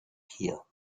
hier